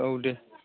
औ दे